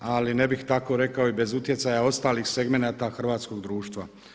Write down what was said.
Ali ne bih tako rekao i bez utjecaja ostalih segmenata hrvatskog društva.